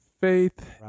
faith